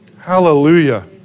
Hallelujah